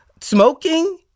smoking